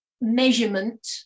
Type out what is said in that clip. measurement